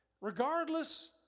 regardless